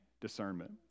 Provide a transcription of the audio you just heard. discernment